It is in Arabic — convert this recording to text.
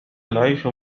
العيش